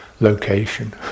location